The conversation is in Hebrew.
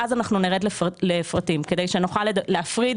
ואז אנחנו נרד לפרטים כדי שנוכל להפריד